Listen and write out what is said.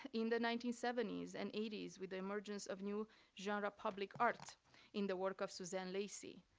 in the nineteen seventy s and eighty s with the emergence of new genre public art in the work of suzanne lacy.